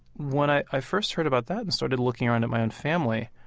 when i i first heard about that and started looking around at my own family,